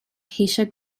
ceisio